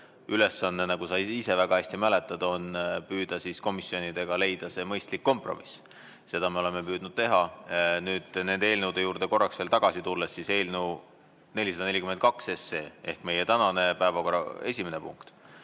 ülesanne, nagu sa ise väga hästi mäletad, on püüda koos komisjonidega leida mõistlik kompromiss. Seda me oleme püüdnud teha. Nüüd, kui nende eelnõude juurde korraks tagasi tulla, siis eelnõu 442 ehk meie tänase päevakorra esimene punkt